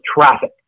traffic